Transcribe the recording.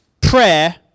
prayer